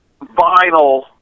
vinyl